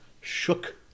shook